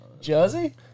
Jersey